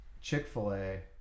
Chick-fil-A